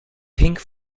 pink